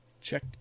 Check